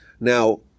Now